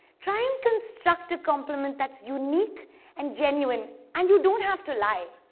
try and construct a compliment that's unique and genuine, and you don't have to lie.